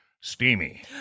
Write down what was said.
steamy